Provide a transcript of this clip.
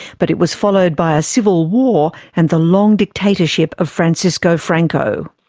but it was followed by a civil war and the long dictatorship of francisco franco.